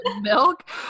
milk